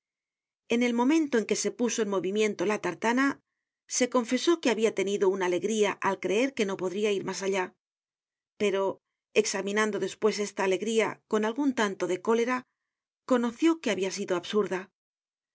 en el momento en que se puso en movimiento la tartana se confesó que habia tenido una alegría al creer que no podria ir mas allá pero examinando despues esta alegría con algun tanto de cólera conoció que habia sido absurda